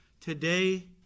today